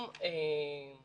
היום אני